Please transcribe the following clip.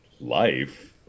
life